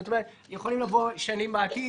זאת אומרת שיכולים לבוא נבחנים משנים מהעבר,